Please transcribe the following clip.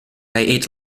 ate